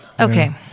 Okay